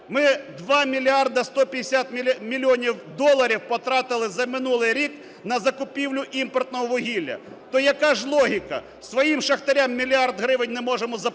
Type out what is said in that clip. Ми два мільярда 150 мільйонів доларів потратили за минулий рік на закупівлю імпортного вугілля. То яка ж логіка? Своїм шахтарям мільярд гривень не можемо заплатити,